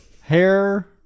Hair